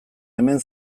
hemen